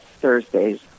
Thursdays